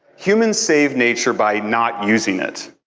human save nature by not using it.